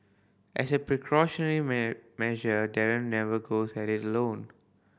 as a precautionary measure Darren never goes at it alone